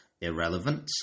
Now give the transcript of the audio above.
irrelevant